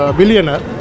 billionaire